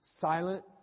silent